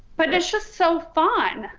but it's just so fun.